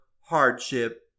hardship